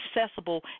accessible